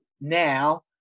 now